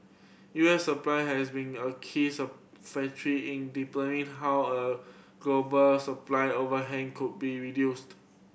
U S supply has been a keys of factory in how a global supply overhang could be reduced